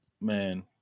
Man